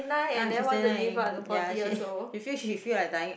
ya she is thirty nine already ya she you feel she feel like dying at